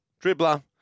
Dribbler